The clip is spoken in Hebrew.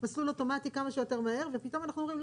מסלול אוטומטי כמה שיותר מהר ופתאום אנחנו אומרים,